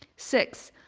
six.